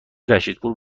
رشیدپور